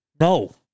no